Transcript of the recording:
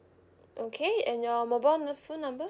okay and your mobile nu~ phone number